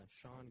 Sean